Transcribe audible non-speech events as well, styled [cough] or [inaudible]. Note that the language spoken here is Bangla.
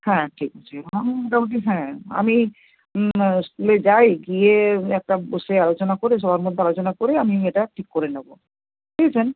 হ্যাঁ ঠিক আছে [unintelligible] মোটামুটি হ্যাঁ আমি স্কুলে যাই গিয়ে একটা বসে আলোচনা করে সবার মধ্যে আলোচনা করে আমি এটা ঠিক করে নেবো বুঝেছেন